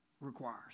requires